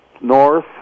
north